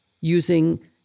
using